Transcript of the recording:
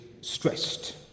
stressed